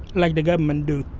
like the government do.